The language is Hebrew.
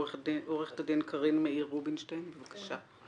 עו"ד קרין מאיר רובינשטיין בבקשה.